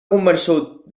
convençut